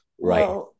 Right